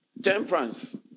Temperance